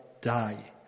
die